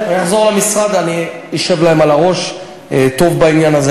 אני אחזור למשרד ואני אשב להם על הראש טוב בעניין הזה.